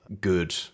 good